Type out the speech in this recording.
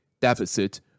deficit